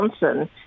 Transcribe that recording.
Johnson